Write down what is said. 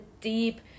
deep